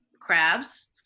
Crabs